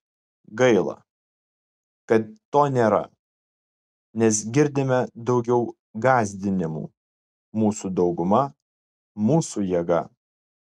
gaila kad to nėra nes girdime daugiau gąsdinimų mūsų dauguma mūsų jėga